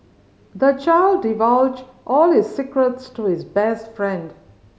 the child divulged all his secrets to his best friend